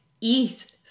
Eat